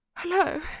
Hello